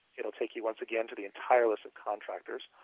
it'll take you, once again, to the entire list of contractors.